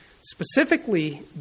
specifically